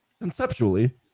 conceptually